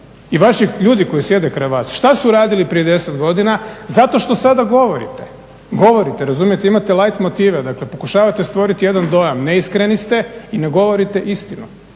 I vaši ljudi koji sjede kraj vas, što su radili prije 10 godina, zato što sada govorite, govorite, razumijete imate light motive, dakle pokušavate stvoriti jedan dojam, neiskreni ste i ne govorite istinu.